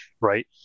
right